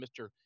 Mr